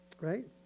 right